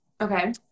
okay